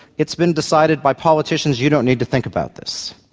it's been decided by politicians, you don't need to think about this.